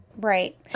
Right